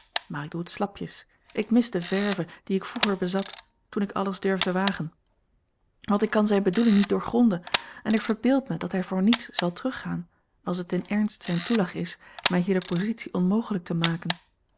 maar ik doe het slapjes ik mis de verve die ik vroeger bezat toen ik alles durfde wagen want ik kan zijne bedoeling niet doorgronden en ik verbeeld mij dat hij voor niets zal teruggaan als het in ernst zijn toeleg is mij hier de positie onmogelijk te maken